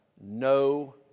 no